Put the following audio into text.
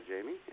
Jamie